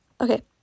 Okay